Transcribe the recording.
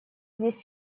здесь